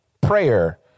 prayer